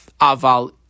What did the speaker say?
Aval